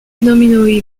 nominally